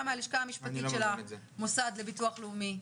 הלשכה המשפטית של המוסד לביטוח לאומי.